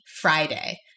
Friday